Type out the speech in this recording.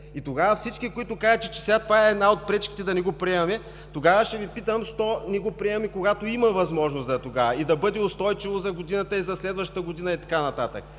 мерки и всички, които казвате, че сега това е една от пречките да не го приемаме, тогава ще Ви питам защо не го приемаме – когато има възможност да бъде устойчиво за годината, и за следващата година и така нататък.